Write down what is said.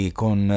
con